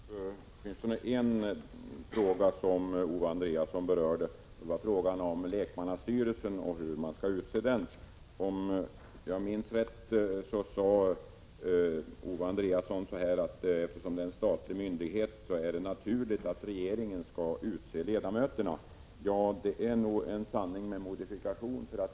Herr talman! Jag vill ta upp åtminstone en fråga som Owe Andréasson berörde. Det var frågan om lekmannastyrelsen och hur den skall utses. Om jag minns rätt sade Owe Andréasson att eftersom det är en statlig myndighet är det naturligt att regeringen skall utse ledamöterna. Det är nog en sanning med modifikation.